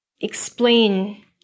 explain